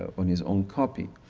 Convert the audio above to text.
on his own copy.